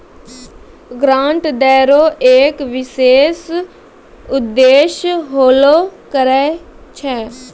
grant दै रो एक विशेष उद्देश्य होलो करै छै